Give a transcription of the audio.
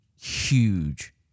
huge